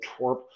twerp